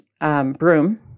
broom